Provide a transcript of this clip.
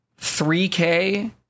3K